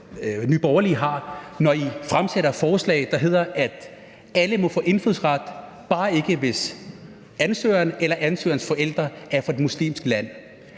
Nye Borgerlige har, når I fremsætter forslag om, at alle må få indfødsret, men bare ikke, hvis ansøgeren eller ansøgerens forældre er fra et muslimsk land.